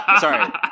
sorry